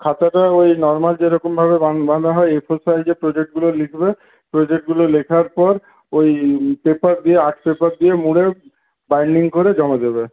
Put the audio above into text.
খাতাটা ওই নর্মাল যেরকমভাবে বাঁধা হয় এ ফোর সাইজে প্রজেক্টগুলো লিখবে প্রজেক্টগুলো লেখার পর ওই পেপার দিয়ে আর্ট পেপার দিয়ে মুড়ে বাইন্ডিং করে জমা দেবে